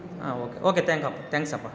ಹಾಂ okay okay thank ಅಪ್ಪ ಥ್ಯಾಂಕ್ಸಪ್ಪ